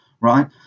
right